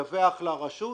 מדווח לרשות.